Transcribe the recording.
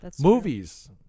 Movies